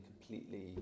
completely